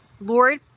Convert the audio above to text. Lord